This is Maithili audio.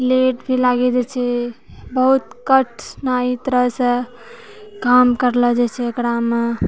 लेट भी लागि जाइ छै बहुत कट्स न एक तरहसँ काम करलो जाइ छै एकरामे